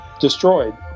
destroyed